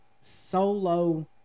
solo